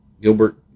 Gilbert